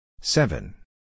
Seven